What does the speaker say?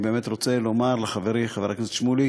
אני באמת רוצה לומר לחברי חבר הכנסת שמולי